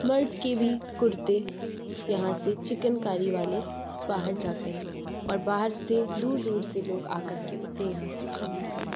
مرد کے بھی کُرتے یہاں سے چکن کاری والے باہر جاتے ہیں اور باہر سے دور دور سے لوگ آ کر کے اُسے یہاں سے خریدتے ہیں